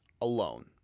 alone